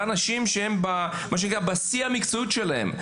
אלה אנשים בשיא המקצועיות שלהם.